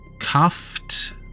cuffed